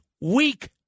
weak